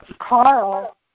Carl